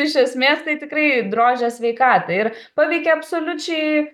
iš esmės tai tikrai drožia sveikatą ir paveikia absoliučiai